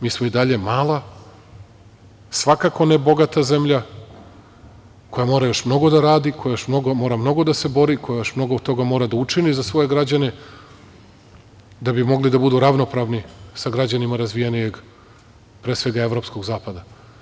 Mi smo i dalje mala, svakako ne bogata zemlja, koja mora još mnogo da radi, koja još mora mnogo da se bori, koja još mnogo toga mora da učini za svoje građane da bi mogli da budu ravnopravni sa građanima razvijenijeg, pre svega evropskog zapada.